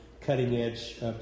cutting-edge